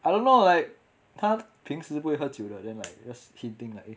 I don't know like 他平时不会喝酒的 then like just hinting like